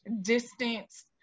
distance